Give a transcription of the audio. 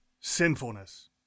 sinfulness